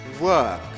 Work